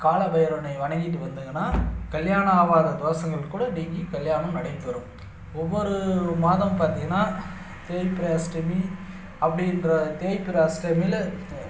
கால பைரவனை வணங்கிட்டு வந்தீங்கன்னால் கல்யாணம் ஆகாத தோஷங்கள் கூட நீங்கி கல்யாணம் நடைபெறும் ஒவ்வொரு மாதமும் பார்த்திங்கன்னா தேய்பிறை அஷ்டமி அப்படின்ற தேய்பிறை அஷ்டமியில்